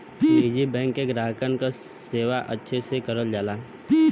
निजी बैंक में ग्राहकन क सेवा अच्छे से करल जाला